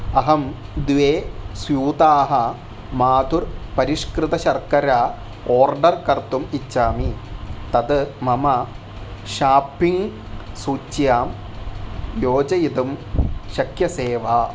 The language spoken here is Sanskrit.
अहं द्वे स्यूताः माधुर् परिष्कृतशर्करा ओर्डर् कर्तुम् इच्छामि तत् मम शाप्पिङ्ग् सूच्यां योजयितुं शक्यसे वा